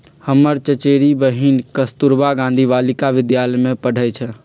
हमर चचेरी बहिन कस्तूरबा गांधी बालिका विद्यालय में पढ़इ छइ